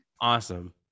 awesome